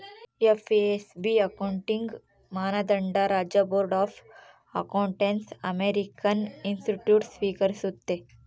FASB accounting ಮಾನದಂಡ ರಾಜ್ಯ board of accountancy American institutes ಸ್ವೀಕರಿಸ್ತತೆ